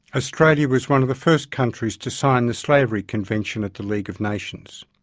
australia was one of the first countries to sign the slavery convention at the league of nations.